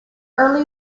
early